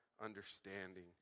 understanding